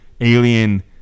alien